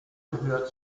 gehört